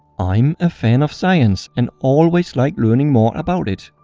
i'm a fan of science and always like learning more about it.